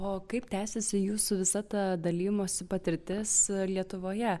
o kaip tęsiasi jūsų visa ta dalijimosi patirtis lietuvoje